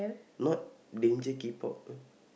not danger keep out eh